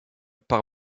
par